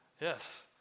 yes